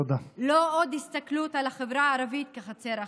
לא עוד הסתכלות על החברה הערבית כחצר אחורית.